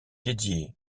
dédié